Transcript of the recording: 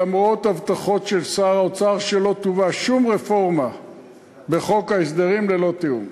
למרות הבטחות של שר האוצר שלא תובא שום רפורמה בחוק ההסדרים ללא תיאום.